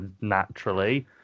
naturally